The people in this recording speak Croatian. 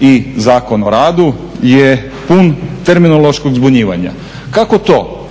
i Zakon o radu je pun terminološkog zbunjivanja. Kako to